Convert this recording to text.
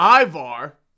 Ivar